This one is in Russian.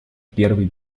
первой